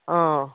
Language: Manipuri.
ꯑꯥ